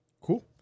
cool